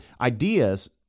ideas